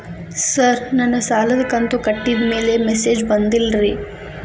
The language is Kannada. ಸರ್ ನನ್ನ ಸಾಲದ ಕಂತು ಕಟ್ಟಿದಮೇಲೆ ಮೆಸೇಜ್ ಬಂದಿಲ್ಲ ರೇ